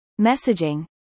messaging